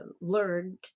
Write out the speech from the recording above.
learned